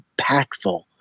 impactful